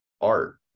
art